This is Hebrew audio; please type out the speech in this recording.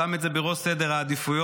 שם את זה בראש סדר העדיפויות,